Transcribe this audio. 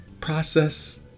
process